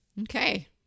Okay